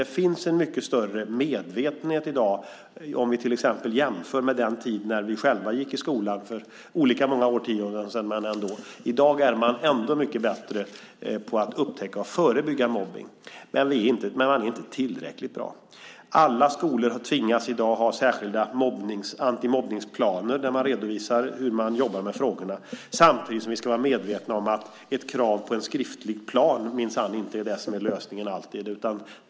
Det finns en mycket större medvetenhet i dag om vi till exempel jämför med den tid när vi själva gick i skolan för olika många årtionden sedan. I dag är man mycket bättre på att upptäcka och förebygga mobbning, men man är inte tillräckligt bra. Alla skolor tvingas i dag att ha särskilda antimobbningsplaner där man redovisar hur man jobbar med frågorna. Samtidigt ska vi vara medvetna om att ett krav på en skriftlig plan minsann inte alltid är lösningen.